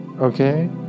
Okay